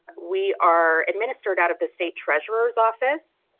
we are administered out of the state treasurer's office.